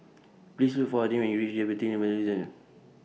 Please Look For Adin when YOU REACH Diabetes and Metabolism